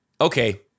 Okay